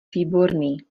výborný